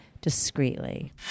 discreetly